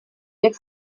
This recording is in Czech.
jak